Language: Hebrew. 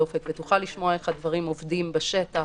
הדופק ותוכל לשמוע איך הדברים עובדים בשטח.